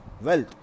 wealth